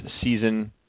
season